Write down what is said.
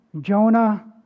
Jonah